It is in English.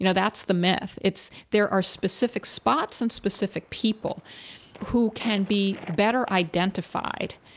you know that's the myth. it's there are specific spots and specific people who can be better identified,